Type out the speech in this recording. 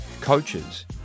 coaches